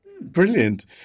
Brilliant